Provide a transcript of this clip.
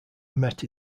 met